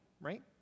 right